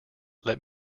let